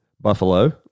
buffalo